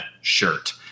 shirt